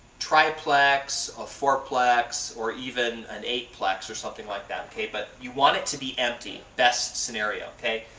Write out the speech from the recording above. triplex or fourplex or even and eight-plex or something like that. ok? but you want it to be empty. best scenario, ok?